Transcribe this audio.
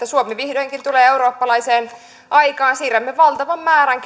suomi vihdoinkin tulee eurooppalaiseen aikaan siirrämme valtavan määrän